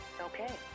Okay